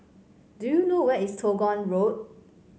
do you know where is Toh Guan Road